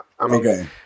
Okay